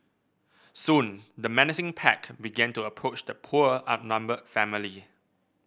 soon the menacing pack began to approach the poor outnumbered family